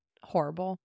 horrible